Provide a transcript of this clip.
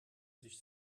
sich